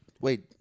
Wait